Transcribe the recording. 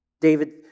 David